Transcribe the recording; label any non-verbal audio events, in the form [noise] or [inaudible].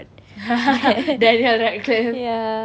[laughs] daniel radcliffe